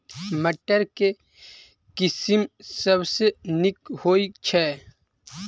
मटर केँ के किसिम सबसँ नीक होइ छै?